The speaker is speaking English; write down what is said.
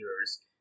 years